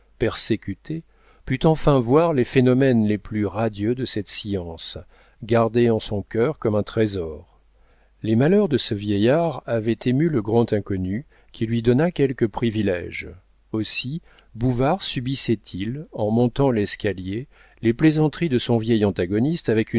persécuté put enfin voir les phénomènes les plus radieux de cette science gardée en son cœur comme un trésor les malheurs de ce vieillard avaient ému le grand inconnu qui lui donna quelques priviléges aussi bouvard subissait il en montant l'escalier les plaisanteries de son vieil antagoniste avec